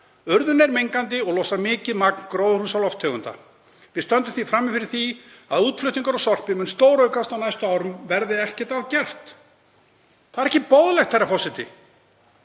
Urðun er mengandi og losar mikið magn gróðurhúsalofttegunda. Við stöndum því frammi fyrir því að útflutningur á sorpi mun stóraukast á næstu árum verði ekkert að gert. Það er ekki boðlegt, herra forseti.